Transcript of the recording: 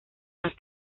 más